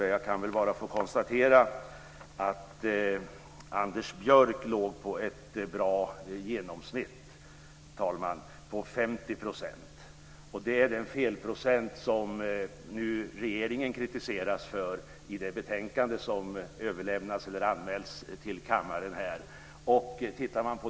Men jag kan väl få konstatera att Anders Björck låg på ett bra genomsnitt - på 50 %, dvs. den felprocent som regeringen kritiseras för i det betänkande som anmälts till kammaren.